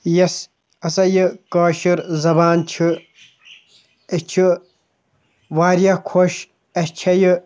یَس ہَسا یہِ کٲشِر زبان چھِ أسۍ چھِ واریاہ خۄش اَسہِ چھَےٚ یہِ